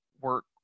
work